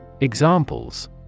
Examples